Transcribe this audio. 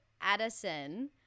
addison